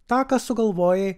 tą ką sugalvojai